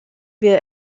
wir